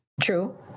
True